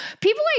People